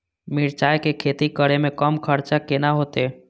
मिरचाय के खेती करे में कम खर्चा में केना होते?